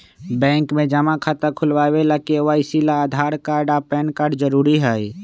bank में जमा खाता खुलावे ला के.वाइ.सी ला आधार कार्ड आ पैन कार्ड जरूरी हई